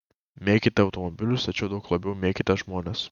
mėkite automobilius tačiau daug labiau mėkite žmones